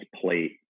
plate